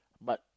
but